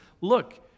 look